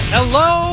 Hello